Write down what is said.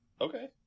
okay